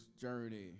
journey